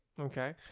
Okay